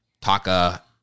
Taka